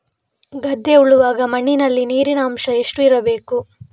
ಗದ್ದೆ ಉಳುವಾಗ ಮಣ್ಣಿನಲ್ಲಿ ನೀರಿನ ಅಂಶ ಎಷ್ಟು ಇರಬೇಕು?